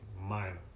minor